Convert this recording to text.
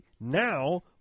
Now